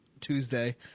Tuesday